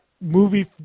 movie